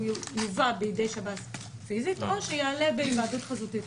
יובא בידי שב"ס פיזית או בהיוועדות חזותית.